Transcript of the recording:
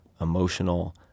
emotional